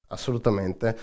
Assolutamente